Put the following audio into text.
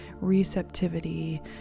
receptivity